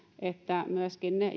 että myöskin ne